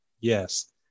Yes